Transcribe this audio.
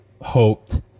hoped